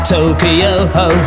Tokyo